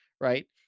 right